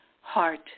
heart